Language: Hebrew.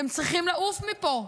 אתם צריכים לעוף מפה.